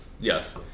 Yes